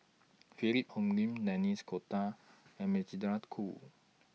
Philip Hoalim Denis Cotta and Magdalene Khoo